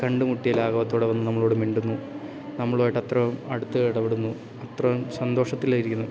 കണ്ട്മുട്ടിയ ലാഖവത്തോടെ വന്ന് നമ്മളോട് മിണ്ടുന്നു നമ്മളും ആയിട്ടത്രേം അടുത്ത് ഇടപെടുന്നു അത്രം സന്തോഷത്തിലായിരിക്കുന്നു